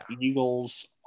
Eagles